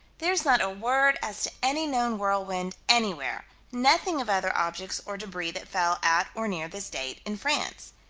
there's not a word as to any known whirlwind anywhere nothing of other objects or debris that fell at or near this date, in france.